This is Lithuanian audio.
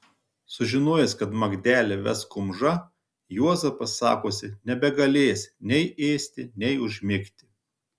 sužinojęs kad magdelę ves kumža juozapas sakosi nebegalėjęs nei ėsti nei užmigti